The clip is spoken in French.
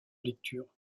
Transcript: lecture